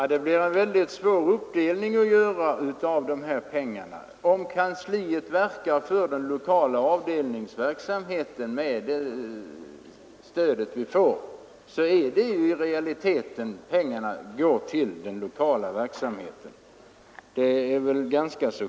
Nr 54 Herr talman! Att göra en uppdelning av dessa pengar blir mycket Onsdagen den svårt. Om kansliet med hjälp av stödet verkar för den lokala avdelnings 3 april 1974 verksamheten, går pengarna i realiteten till kontaktverksamheten. Det är ————— väl ganska klart!